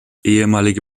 ehemalige